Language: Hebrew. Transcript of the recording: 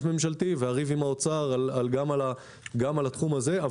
ממשלתי ואריב עם האוצר גם על התחום הזה.